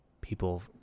people